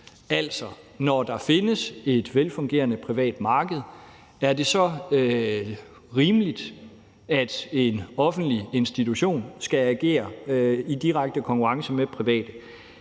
Altså, når der findes et velfungerende privat marked, er det så rimeligt, at en offentlig institution skal agere i direkte konkurrence med private?